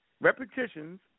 repetitions